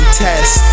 test